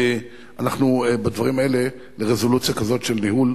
ואנחנו, בדברים האלה, לרזולוציה כזאת של ניהול,